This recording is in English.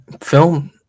film